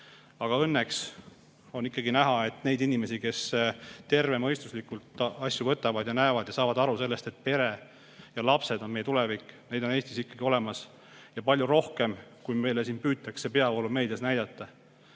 Aga õnneks on näha, et neid inimesi, kes tervemõistuslikult asju võtavad ja näevad ja saavad aru sellest, et pere ja lapsed on meie tulevik, on Eestis ikkagi olemas, ja palju rohkem, kui meile siin püütakse peavoolumeedias näidata.